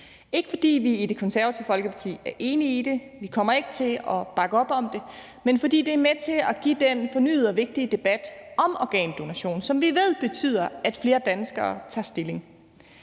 ikke, fordi vi i Det Konservative Folkeparti er enige i det, vi kommer ikke til at bakke op om det, men fordi det er med til at give den fornyede og vigtige debat om organdonation, som vi ved betyder, at flere danskere tager stilling.